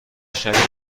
شبیه